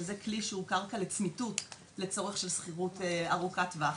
שזה כלי שהוא קרקע לצמיתות לצרכים של שכירות ארוכת טווח,